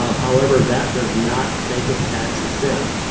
um however, that does not make it tax exempt.